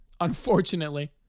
Unfortunately